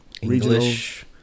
english